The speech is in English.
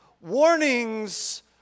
Warnings